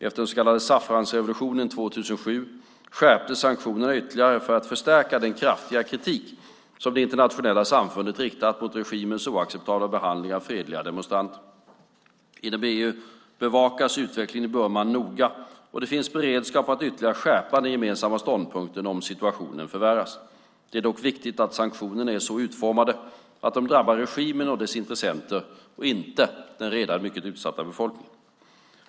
Efter den så kallade saffransrevolutionen 2007 skärptes sanktionerna ytterligare för att förstärka den kraftiga kritik som det internationella samfundet riktade mot regimens oacceptabla behandling av fredliga demonstranter. Inom EU bevakas utvecklingen i Burma noga, och det finns beredskap att ytterligare skärpa den gemensamma ståndpunkten om situationen förvärras. Det är dock viktigt att sanktionerna är så utformade att de drabbar regimen och dess intressen och inte den redan mycket utsatta befolkningen.